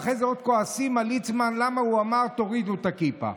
ואחרי זה עוד כועסים על ליצמן כי הוא אמר "תורידו את הכיפה"?